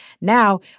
Now